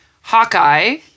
Hawkeye